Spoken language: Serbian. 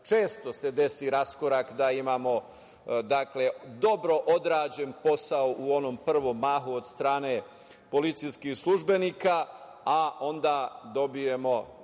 često se desi raskorak da imamo dobro odrađen posao u onom prvom mahu od strane policijskih službenika, a onda dobijemo